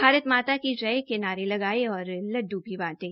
भारत माता की जय के नारे लगाये और लड़डू भी बांटे